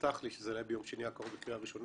הובטח לי שזה יעלה ביום שני הקרוב לקריאה ראשונה